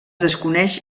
desconeix